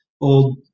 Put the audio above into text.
old